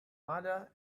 mother